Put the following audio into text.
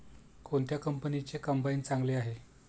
कोणत्या कंपनीचे कंबाईन चांगले आहे?